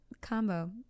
combo